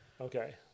Okay